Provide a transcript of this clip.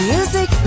Music